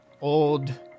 old